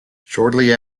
shortly